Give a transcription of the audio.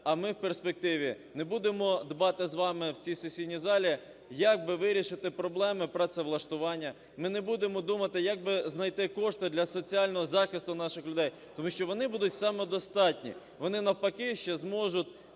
а ми в перспективі не будемо дбати з вами в цій сесійній залі як би вирішити проблеми працевлаштування. Ми не будемо думати, як би знайти кошти для соціального захисту наших людей, тому що вони будуть самодостатні, вони, навпаки, ще зможуть